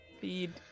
feed